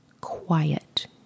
quiet